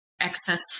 excess